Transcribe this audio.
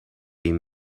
این